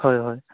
হয় হয়